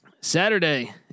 Saturday